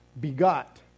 begot